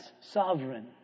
sovereign